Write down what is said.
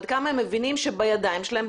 עד כמה הם מבינים שבידיים שלהם,